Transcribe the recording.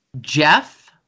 Jeff